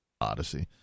Odyssey